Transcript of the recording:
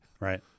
Right